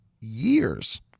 years